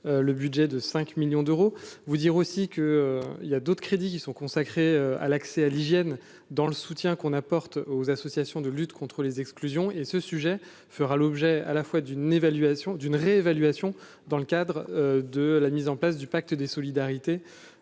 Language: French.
le budget de 5 millions d'euros vous dire aussi que, il y a d'autres crédits qui sont consacrés à l'accès à l'hygiène dans le soutien qu'on apporte aux associations de lutte contre les exclusions et ce sujet fera l'objet à la fois d'une évaluation d'une réévaluation, dans le cadre de la mise en place du pacte des solidarités